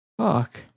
Fuck